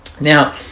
Now